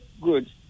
good